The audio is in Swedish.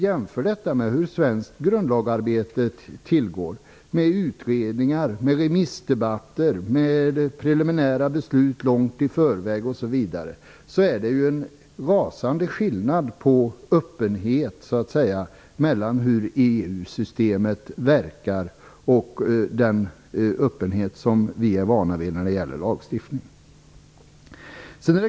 Jämför detta med hur svenskt grundlagsarbete tillgår. Det är utredningar, remissdebatter och preliminära beslut långt i förväg. Det är en rasande skillnad i öppenhet mellan EU-systemet och det system vi är vana vid när det gäller lagstiftning.